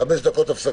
ונתחדשה